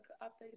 up